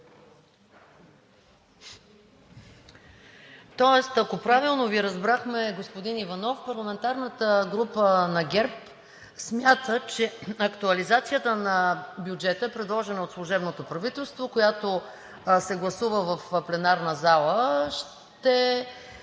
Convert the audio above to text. Ако правилно сме Ви разбрали, господин Иванов, парламентарната група на ГЕРБ смята, че актуализацията на бюджета, предложена от служебното правителство, която се гласува в пленарната зала, ще